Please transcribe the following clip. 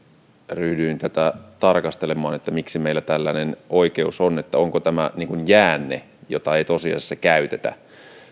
ryhdyin tätä tarkastelemaan miksi meillä tällainen oikeus on onko tämä niin kuin jäänne jota ei tosiasiassa käytetä